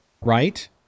right